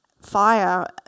Fire